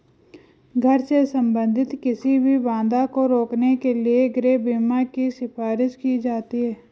घर से संबंधित किसी भी बाधा को रोकने के लिए गृह बीमा की सिफारिश की जाती हैं